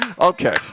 Okay